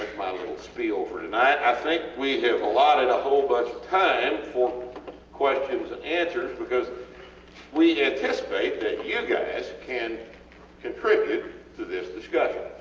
my little spiel for tonight, i think we have allotted a whole bunch of time for questions and answers because we anticipate that you guys can contribute to this discussion.